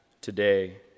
today